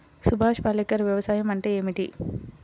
సుభాష్ పాలేకర్ వ్యవసాయం అంటే ఏమిటీ?